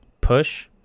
push